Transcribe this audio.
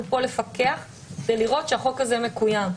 אנחנו פה לפקח ולראות שהחוק הזה מקוים.